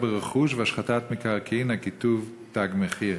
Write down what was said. ברכוש והשחתת מקרקעין עם הכיתוב "תג מחיר"?